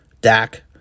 Dak